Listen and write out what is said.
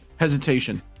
hesitation